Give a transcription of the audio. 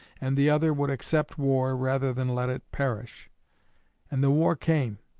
and the other would accept war rather than let it perish and the war came.